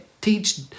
teach